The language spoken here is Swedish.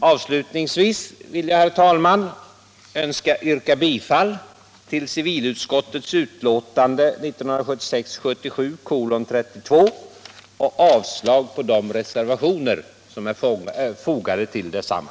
Avslutningsvis vill jag, herr talman, yrka bifall till civilutskottets hemställan i betänkandet 1976/77:32 och avslag på de reservationer som är fogade till detsamma.